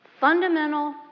fundamental